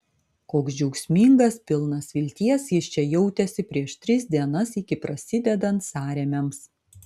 koks džiaugsmingas pilnas vilties jis čia jautėsi prieš tris dienas iki prasidedant sąrėmiams